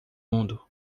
mundo